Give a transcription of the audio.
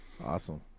Awesome